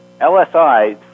LSI